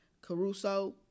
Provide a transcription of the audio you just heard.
Caruso